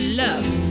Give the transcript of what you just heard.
love